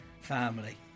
family